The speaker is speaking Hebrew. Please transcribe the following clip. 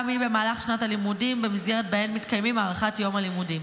גם היא במהלך שנת הלימודים במסגרות שבהן מתקיימת הארכת יום הלימודים.